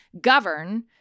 govern